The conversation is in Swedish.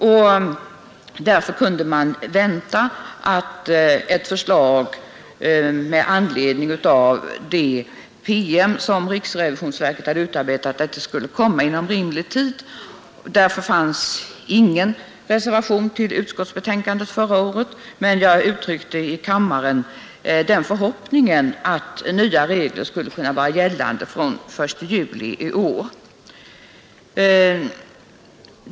Man kunde således vänta att ett förslag med anledning av den PM som riksrevisionsverket hade utarbetat skulle komma inom rimlig tid. Därför fanns det ingen reservation till utskottsbetänkandet förra året, men jag uttryckte i kammaren den förhoppningen att nya regler skulle kunna bli gällande från den 1 juli i år.